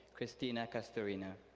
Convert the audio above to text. christina castorena.